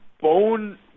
Bone